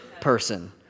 person